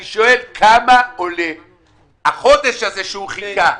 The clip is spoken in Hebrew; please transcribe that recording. אני שואל כמה עולה החודש הזה שהם מחכים?